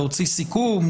להוציא סיכום,